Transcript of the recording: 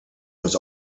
was